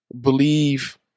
believe